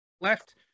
left